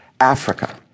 Africa